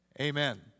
amen